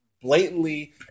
blatantly